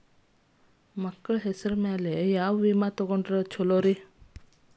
ಮಕ್ಕಳ ಹೆಸರಿನ್ಯಾಗ ಯಾವ ವಿಮೆ ತೊಗೊಂಡ್ರ ಒಳ್ಳೆದ್ರಿ?